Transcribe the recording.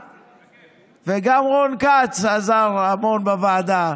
וגם רון כץ עזר המון בוועדה,